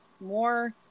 more